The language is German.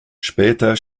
später